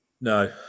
No